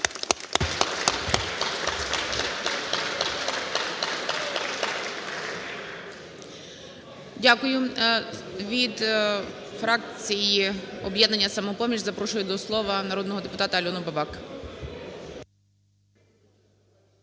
Дякую. Від фракції "Об'єднання "Самопоміч" запрошую до слова народного депутата Альону Бабак.